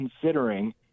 considering